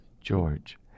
George